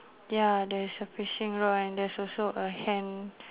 ya there is a fishing rod and there's also a hand